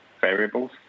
variables